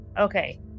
Okay